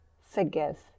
forgive